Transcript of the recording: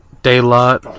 Daylight